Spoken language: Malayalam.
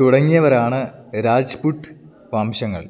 തുടങ്ങിയവരാണ് രാജ്പുട് വംശങ്ങൾ